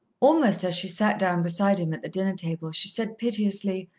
almost as she sat down beside him at the dinner-table, she said piteously,